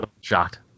Shocked